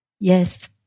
Yes